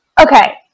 okay